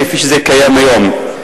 כפי שזה קיים היום.